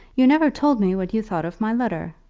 you never told me what you thought of my letter.